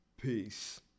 Peace